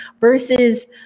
versus